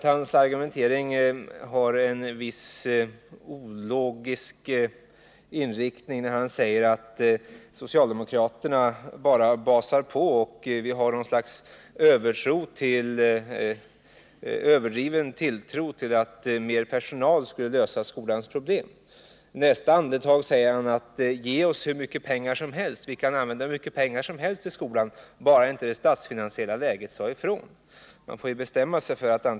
Hans argumentering är motsägelsefull när han säger att socialdemokraterna bara basar på och har en överdriven tilltro till att mer personal skall kunna lösa skolans problem. I nästa andetag säger han nämligen att vi kunde ge skolan nästan hur mycket pengar som helst bara inte det statsfinansiella läget sade ifrån. Hans Nyhage måste bestämma sig för vad han vill.